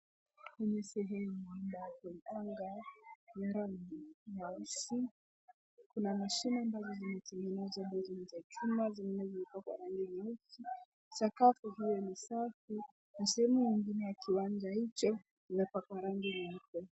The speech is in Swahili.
Kwenye sehemu ambapo anga ya rangi nyeusi, kuna mashine ambazo zimetengenezwa, hizo ni za chuma, zingine zimepakwa rangi nyeusi. Sakafu hiyo ni safi na sehemu nyingine ya kiwanja hicho imepakwa rangi nyeupe.